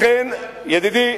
לכן, ידידי,